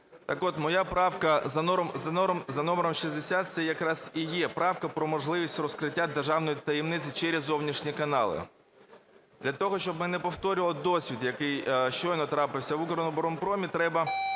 моя правка за номером 60 це якраз і є правка про можливість розкриття державної таємниці через зовнішні канали. Для того, щоб ми не повторювали досвід, який щойно трапився в "Укроборонпромі", треба